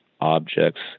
objects